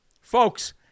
Folks